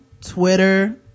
twitter